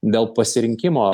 dėl pasirinkimo